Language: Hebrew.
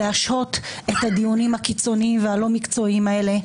להשהות את הדיונים הקיצוניים והלא מקצועיים האלה.